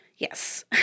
Yes